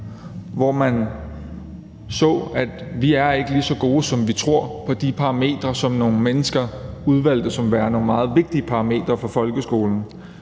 hvor man så, at vi ikke er lige så gode, som vi tror, ud fra de parametre, som nogle mennesker udvalgte som værende nogle meget vigtige parametre for folkeskolen,